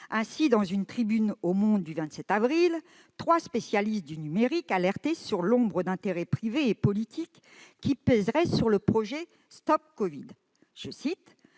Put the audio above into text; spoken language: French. Ainsi, dans une tribune du du 25 avril, trois spécialistes du numérique alertaient sur l'ombre d'intérêts privés et politiques qui pèseraient sur le projet StopCovid :« Le